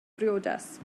briodas